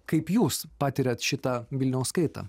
kaip jūs patiriat šitą vilniaus kaitą